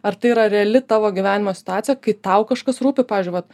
ar tai yra reali tavo gyvenimo situacija kai tau kažkas rūpi pavyzdžiui vat